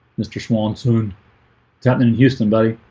mr. swan soon happen in houston, buddy.